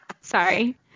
Sorry